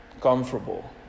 comfortable